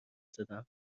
زدم